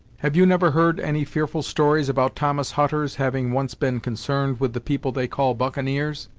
have you never heard any fearful stories about thomas hutter's having once been concerned with the people they call buccaneers?